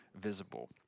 visible